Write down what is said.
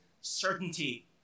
certainty